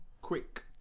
Quick